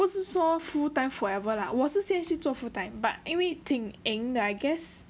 不是说 full time forever lah 我是先去做 full time but 因为挺 eng 的 I guess